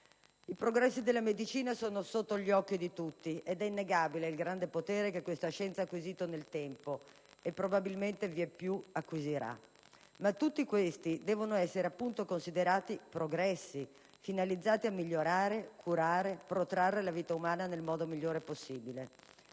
I progressi della medicina sono sotto gli occhi di tutti ed è innegabile il grande potere che questa scienza ha acquisito nel tempo e probabilmente vieppiù acquisirà. Ma tutti questi devono essere appunto considerati "progressi" finalizzati a migliorare, curare e protrarre la vita umana nel miglior modo possibile.